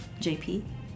JP